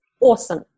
awesome